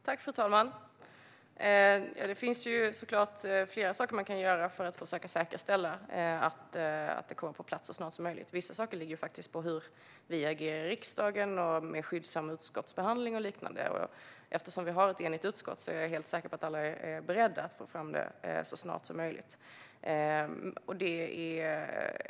Fru talman! Det finns såklart flera saker som kan göras för att säkerställa att en ny lagstiftning kommer på plats så snart som möjligt. Vissa saker beror på hur vi agerar i riksdagen, med skyndsam utskottsbehandling och liknande. Eftersom utskottet är enigt är jag helt säker på att alla är beredda att få fram en lagstiftning så snart som möjligt.